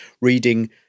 reading